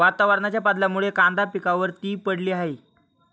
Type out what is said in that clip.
वातावरणाच्या बदलामुळे कांदा पिकावर ती पडली आहे